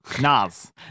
Nas